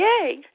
Yay